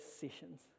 sessions